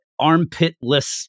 armpitless